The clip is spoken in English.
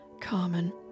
Carmen